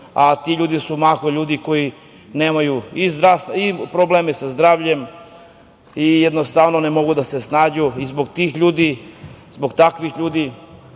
a ti ljudi su mahom ljudi koji imaju i probleme sa zdravljem i jednostavno ne mogu da se snađu. Zbog tih ljudi, zbog takvih ljudi